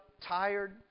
tired